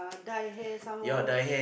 dye hair some more